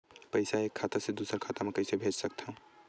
पईसा एक खाता से दुसर खाता मा कइसे कैसे भेज सकथव?